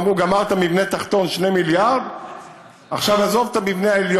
אמרו: גמרת מבנה תחתון,